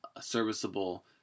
serviceable